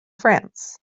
france